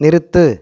நிறுத்து